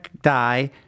die